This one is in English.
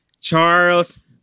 Charles